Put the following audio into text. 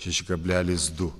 šeši kablelis du